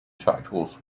titles